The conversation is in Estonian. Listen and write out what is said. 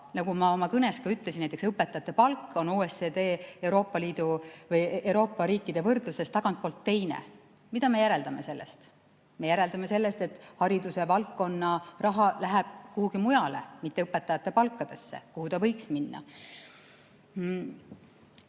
nagu ma oma kõnes ütlesin, näiteks õpetajate palk on OECD ja Euroopa riikide võrdluses tagantpoolt teine. Mida me järeldame sellest? Me järeldame sellest, et haridusvaldkonna raha läheb kuhugi mujale, mitte õpetajate palkadeks, kuhu ta võiks minna.